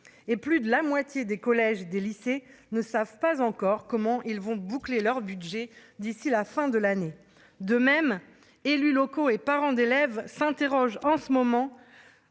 et plus de la moitié des collèges, des lycées ne savent pas encore comment ils vont boucler leur budget d'ici la fin de l'année, de même, élus locaux et parents d'élèves s'interrogent en ce moment